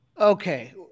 Okay